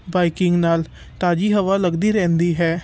biking ਨਾਲ ਤਾਜ਼ੀ ਹਵਾ ਲੱਗਦੀ ਰਹਿੰਦੀ ਹੈ